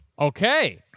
Okay